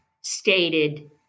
stated